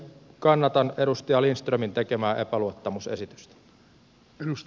kannatan edustaja lindströmin tekemää epäluottamusesitystä